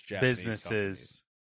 businesses